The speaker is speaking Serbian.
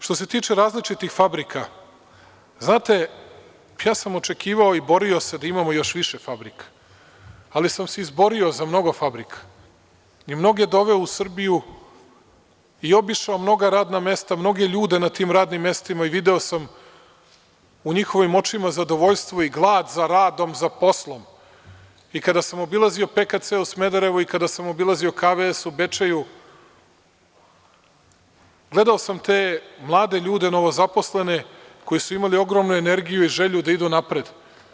Što se tiče različitih fabrika znate, ja sam očekivao i borio se da imamo još više fabrika, ali sam se izborio za mnogo fabrika i mnoge doveo u Srbiju i obišao mnoga radna mesta, mnoge ljude na tim radnim mestima i video sam u njihovim očima zadovoljstvo i glad za radom, za poslom i kada sam obilazio PKC u Smederevo, i kada sam obilazio KVS u Bečeju gledao sam te mlade ljude novozaposlene koji su imali ogromnu energiju i želju da idu napred.